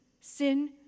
Sin